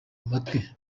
amatwi